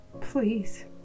Please